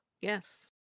Yes